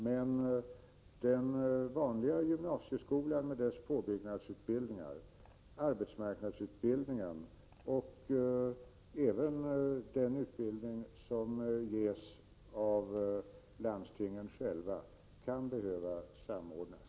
Men den vanliga gymnasieskolan med dess påbyggnadsutbildningar, arbetsmarknadsutbildningen liksom även den utbildning som ges av landstingen själva kan behöva samordnas.